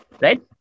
right